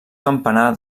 campanar